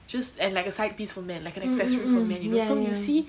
just and like a side piece for men like an accessory for men you know so you see